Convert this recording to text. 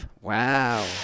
Wow